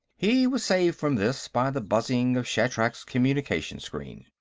he was saved from this by the buzzing of shatrak's communication-screen.